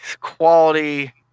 Quality